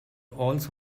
also